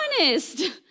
honest